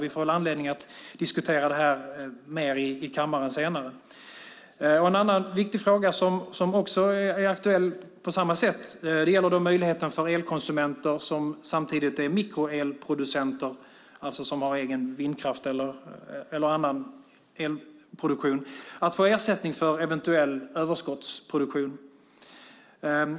Vi får väl anledning att diskutera det här mer i kammaren senare. En annan viktig fråga som också är aktuell på samma sätt gäller möjligheten för elkonsumenter som samtidigt är mikroelproducenter, som alltså har egen vindkraft eller annan elproduktion, att få ersättning för eventuell överskottsproduktion.